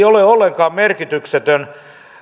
ole ollenkaan merkityksetön